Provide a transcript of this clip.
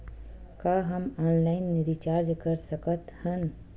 का हम online recharge कर सकत हन?